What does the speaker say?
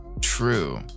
true